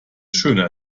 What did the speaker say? schöner